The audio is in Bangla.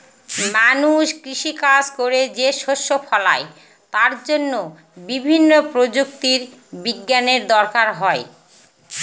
মানুষ কৃষি কাজ করে যে শস্য ফলায় তার জন্য বিভিন্ন প্রযুক্তি বিজ্ঞানের দরকার হয়